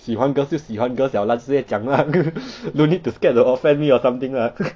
喜欢 girls 就喜欢 girls 了 lah 直接讲 lah no need scared to offend me or something lah